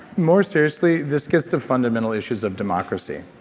more seriously, this gets to fundamental issues of democracy.